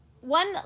one